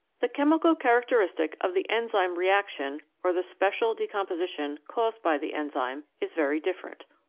the chemical characteristic of the enzyme reaction or the special decomposition caused by the enzyme is very different.